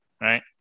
right